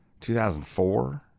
2004